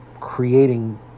creating